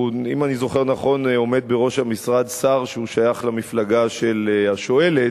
אם אני זוכר נכון עומד בראש המשרד שר ששייך למפלגה של השואלת,